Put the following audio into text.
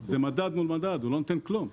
זה מדד מול מדד, הוא לא נותן כלום.